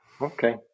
Okay